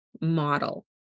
model